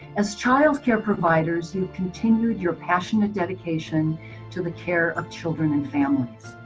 as child care providers you continued your passionate dedication to the care of children and families.